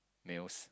males